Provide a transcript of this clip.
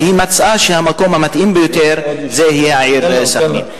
והיא מצאה שהמקום המתאים ביותר יהיה העיר סח'נין.